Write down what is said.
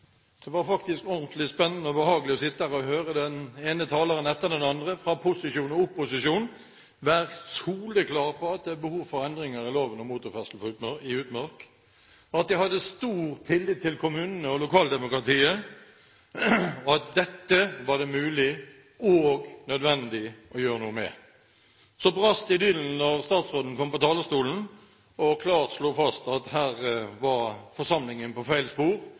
Det var faktisk ordentlig spennende og behagelig å sitte her og høre den ene taleren etter den andre fra posisjon og fra opposisjon være soleklar på at det er behov for endringer i loven om motorferdsel i utmark, at de har stor tillit til kommunene og lokaldemokratiet, og at dette er det mulig og nødvendig å gjøre noe med. Så brast idyllen da statsråden kom på talerstolen og klart slo fast at her var forsamlingen på